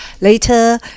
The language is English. Later